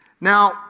Now